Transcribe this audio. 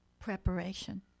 preparation